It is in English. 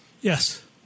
Yes